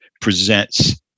presents